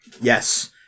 Yes